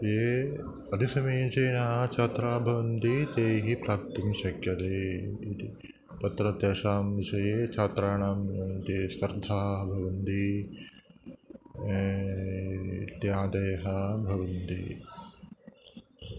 ये अतिसमीचीनाः छात्राः भवन्ति तैः प्राप्तुं शक्यते इति तत्र तेषां विषये छात्राणां मध्ये स्पर्धाः भवन्ति इत्यादयः भवन्ति